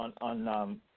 on